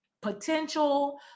potential